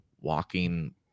walking